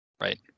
Right